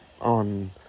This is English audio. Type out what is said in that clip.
on